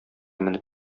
менеп